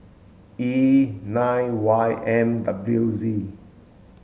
E nine Y M W Z